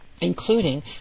including